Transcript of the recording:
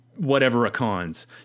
whatever-a-cons